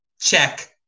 check